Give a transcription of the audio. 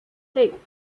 eight